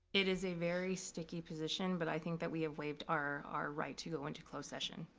it is a very sticky position, but i think that we have waived our our right to go into closed session.